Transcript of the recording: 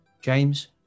james